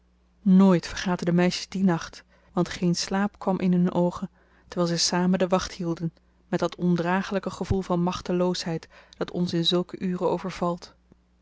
nooit vergaten de meisjes dien nacht want geen slaap kwam in hun oogen terwijl zij samen de wacht hielden met dat ondragelijke gevoel van machteloosheid dat ons in zulke uren overvalt